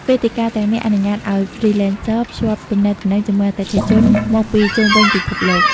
វេទិកាទាំងនេះអនុញ្ញាតឱ្យ Freelancers ភ្ជាប់ទំនាក់ទំនងជាមួយអតិថិជនមកពីជុំវិញពិភពលោក។